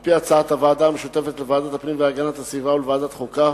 על-פי הצעת הוועדה המשותפת לוועדת הפנים והגנת הסביבה ולוועדת החוקה,